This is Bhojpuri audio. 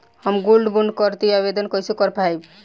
हम गोल्ड बोंड करतिं आवेदन कइसे कर पाइब?